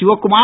Sivakumar